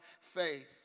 faith